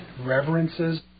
reverences